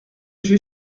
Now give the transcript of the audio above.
j’ai